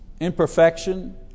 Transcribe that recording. imperfection